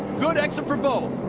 good exit for both.